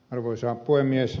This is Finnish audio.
arvoisa puhemies